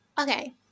Okay